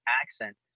accent